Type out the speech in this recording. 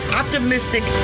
optimistic